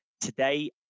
Today